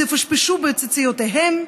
תפשפשו בציציותיהם,